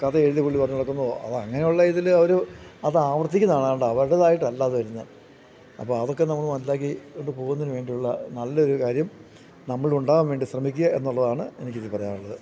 കഥ എഴുതിയ പുള്ളി പറഞ്ഞു കൊടുക്കുന്നതോ അതങ്ങനെ ഉള്ള ഇതിൽ അവർ അത് ആവർത്തിക്കുന്നതാണാണ്ട് അവരുടേത് ആയിട്ടല്ല അത് വരുന്നത് അപ്പം അതൊക്കെ നമ്മൾ മനസിലാക്കി കൊണ്ട് പോകുന്നതിന് വേണ്ടിയുള്ള നല്ലൊരു കാര്യം നമ്മൾ ഉണ്ടാവാൻ വേണ്ടി ശ്രമിക്കുക എന്നുള്ളതാണ് എനിക്ക് ഇതിൽ പറയാനുള്ളത്